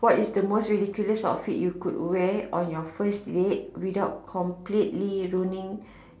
what is the most ridiculous outfit you could wear on your first date without completely ruining